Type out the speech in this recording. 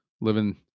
Living